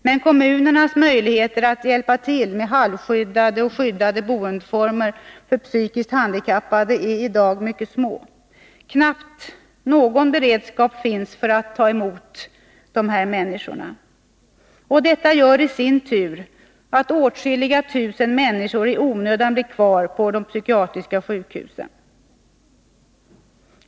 Men kommunernas möjligheter att hjälpa till med halvskyddade och skyddade boendeformer för psykiskt handikappade är i dag mycket små. Knappt någon beredskap finns för att ta emot dessa människor. Detta gör i sin tur att åtskilliga tusen människor i onödan blir kvar på de psykiatriska sjukhusen.